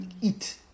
eat